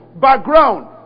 background